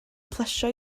plesio